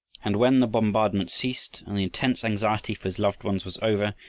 and when the bombardment ceased and the intense anxiety for his loved ones was over,